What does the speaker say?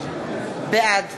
בעד